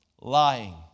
lying